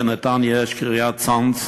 בנתניה יש קריית-צאנז,